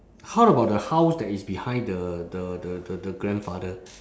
how about the house that is behind the the the the the grandfather